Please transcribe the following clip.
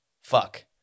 fuck